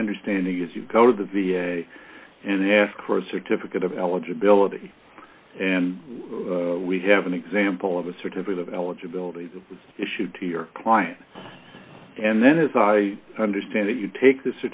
my understanding is you go to the v a and ask for a certificate of eligibility and we have an example of a certificate of eligibility issued to your client and then as i understand it you take the